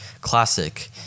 Classic